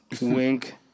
Wink